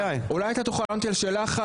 אולי אתה תוכל לענות לי על שאלה אחת